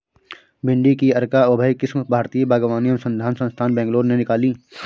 भिंडी की अर्का अभय किस्म भारतीय बागवानी अनुसंधान संस्थान, बैंगलोर ने निकाली